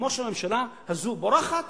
כמו שהממשלה הזאת בורחת